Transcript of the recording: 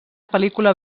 pel·lícula